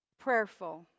prayerful